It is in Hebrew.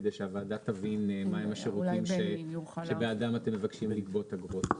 כדי שהוועדה תבין מהם השירותים שבעדם אתם מבקשים לגבות אגרות.